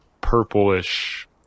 purplish